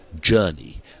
journey